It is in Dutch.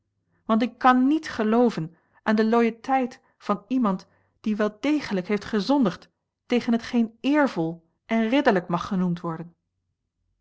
want ik kan niet gelooven aan de loyauteit van iemand die wel degelijk heeft gezondigd tegen hetgeen eervol en ridderlijk mag genoemd worden